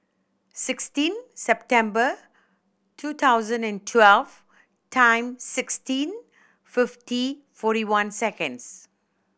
sixteen September two thousand and twelve time sixteen fifty forty one seconds